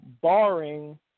barring